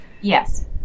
Yes